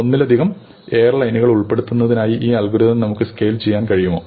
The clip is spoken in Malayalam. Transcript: ഒന്നിലധികം എയർലൈനുകൾ ഉൾപ്പെടുത്തുന്നതിനായി ഈ അൽഗോരിതം നമുക്ക് സ്കെയിൽ ചെയ്യാൻ കഴിയുമോ